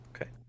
Okay